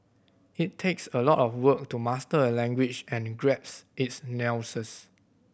it takes a lot of work to master a language and grasp its nuances